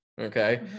Okay